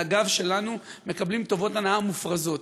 על הגב שלנו מקבלים טובות הנאה מופרזות.